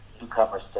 newcomers